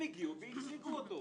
הם הגיעו והציגו אותו.